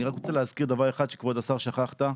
אני רק רוצה להזכיר דבר אחד כבוד השר, ששכחת.